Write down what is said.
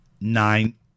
Nine